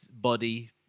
body